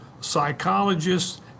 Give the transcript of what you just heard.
psychologists